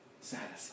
satisfied